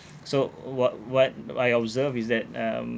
so what what I observed is that um